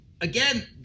Again